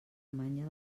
manya